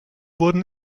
wurden